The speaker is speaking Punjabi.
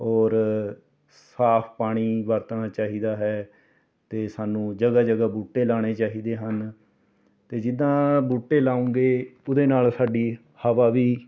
ਔਰ ਸਾਫ਼ ਪਾਣੀ ਵਰਤਣਾ ਚਾਹੀਦਾ ਹੈ ਅਤੇ ਸਾਨੂੰ ਜਗ੍ਹਾ ਜਗ੍ਹਾ ਬੂਟੇ ਲਾਣੇ ਚਾਹੀਦੇ ਹਨ ਅਤੇ ਜਿੱਦਾਂ ਬੂਟੇ ਲਾਉਂਗੇ ਉਹਦੇ ਨਾਲ ਸਾਡੀ ਹਵਾ ਵੀ